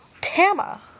Tama